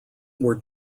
were